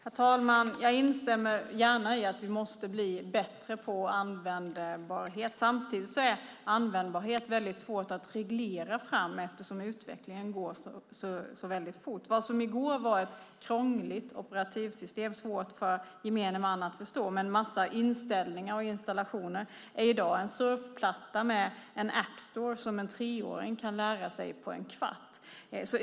Herr talman! Jag instämmer gärna i att vi måste bli bättre på användbarhet. Samtidigt är användbarhet mycket svårt att reglera fram eftersom utvecklingen går så fort. Vad som i går var ett krångligt operativsystem som var svårt för gemene man att förstå med en massa inställningar och installationer är i dag en surfplatta med en appstore som en treåring kan lära sig på en kvart.